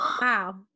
Wow